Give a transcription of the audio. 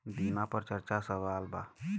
बीमा पर चर्चा के सवाल बा?